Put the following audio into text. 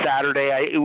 saturday